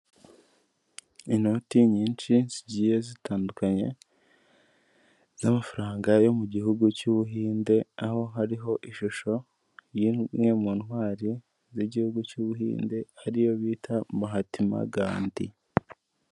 Inoti nyinshi zigiye zitandukanye n'amafaranga yo mu gihugu cy' Ubuhinde aho hariho ishusho y'imwe mu ntwari z'igihugu cy'Ubuhinde ariyo bita mahatima gandi.